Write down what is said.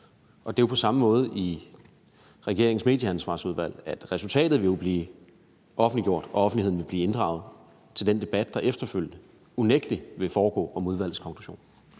Det er jo på samme måde i regeringens Medieansvarsudvalg. Resultatet vil jo blive offentliggjort, og offentligheden vil blive inddraget i den debat, der efterfølgende unægtelig vil foregå om udvalgets konklusioner.